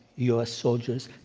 u. s. soldiers,